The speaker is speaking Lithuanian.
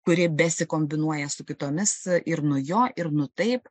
kuri besikombinuoja su kitomis ir nu jo ir nu taip